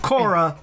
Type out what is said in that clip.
Cora